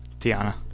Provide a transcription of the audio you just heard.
Tiana